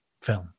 film